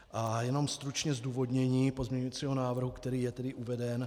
A jenom stručně zdůvodnění pozměňujícího návrhu, který je tedy uveden.